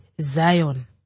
zion